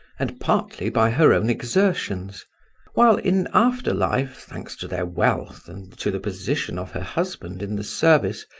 and partly by her own exertions while, in after life, thanks to their wealth and to the position of her husband in the service,